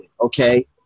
okay